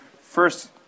first